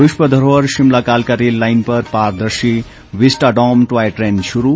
विश्व धरोहर शिमला कालका रेल लाईन पर पारदर्शी विस्टाडोम टॉय ट्रेन शुरू